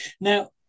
Now